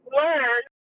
learn